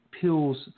pills